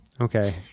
Okay